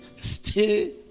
Stay